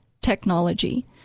technology